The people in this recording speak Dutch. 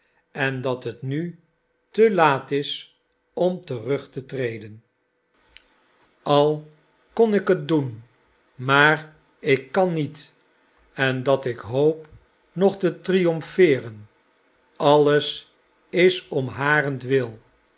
gedaan dat het nu te laat is om terug te treden de oude man een geheim al kon ik het doen maar ik kan niet en dat ik hoop nog te triomfeeren alles is om harentwil